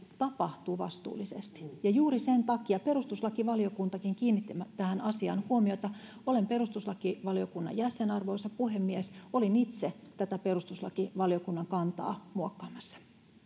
tapahtuu vastuullisesti juuri sen takia perustuslakivaliokuntakin kiinnitti tähän asiaan huomiota olen perustuslakivaliokunnan jäsen arvoisa puhemies olin itse tätä perustuslakivaliokunnan kantaa muokkaamassa